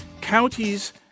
Counties